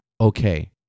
okay